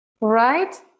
right